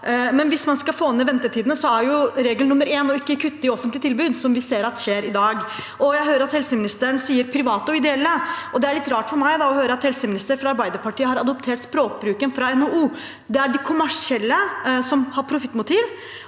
men hvis man skal få ned ventetidene, er regel nummer én å ikke kutte i offentlige tilbud, som vi ser skjer i dag. Jeg hører at helseministeren sier private og ideelle. Det er litt rart for meg å høre at en helseminister fra Arbeiderpartiet har adoptert språkbruken fra NHO. Det er de kommersielle, som har profittmotiv,